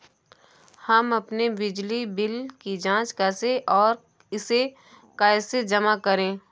हम अपने बिजली बिल की जाँच कैसे और इसे कैसे जमा करें?